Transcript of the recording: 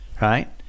right